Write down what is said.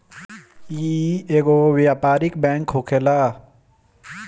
इ एगो व्यापारिक बैंक होखेला